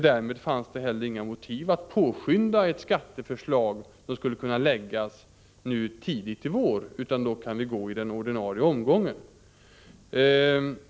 Därmed fanns det heller inga motiv att påskynda ett skatteförslag som skulle kunna läggas fram tidigt under våren, utan det kan komma i den ordinarie omgången.